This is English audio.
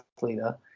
leader